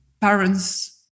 parents